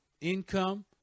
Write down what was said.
income